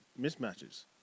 mismatches